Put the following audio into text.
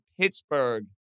Pittsburgh